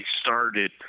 started